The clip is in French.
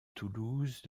toulouse